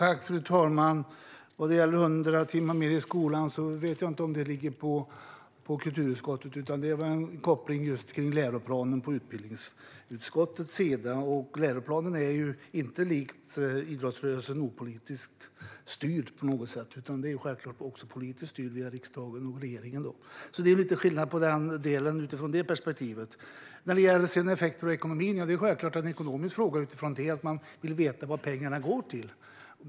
Fru talman! Vad gäller 100 timmar mer idrott i skolan vet jag inte om det ligger på kulturutskottets bord. Det är väl mer kopplat till läroplanen och ligger alltså på utbildningsutskottet. Och läroplanen är inte opolitiskt styrd på något sätt, till skillnad från idrottsrörelsen, utan är självklart politiskt styrd via riksdagen och regeringen. Det är alltså lite skillnad utifrån det perspektivet. När det gäller effekter och ekonomin är det självklart en ekonomisk fråga på det sättet att man vill veta vad pengarna går till.